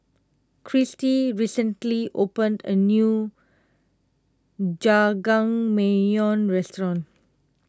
Cristy recently opened a new Jajangmyeon restaurant